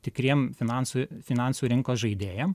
tikriem finansų finansų rinkos žaidėjam